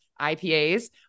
IPAs